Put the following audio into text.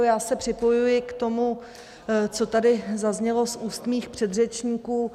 Já se připojuji k tomu, co tady zaznělo z úst mých předřečníků.